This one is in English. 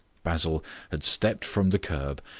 basil had stepped from the curb,